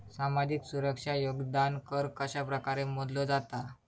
सामाजिक सुरक्षा योगदान कर कशाप्रकारे मोजलो जाता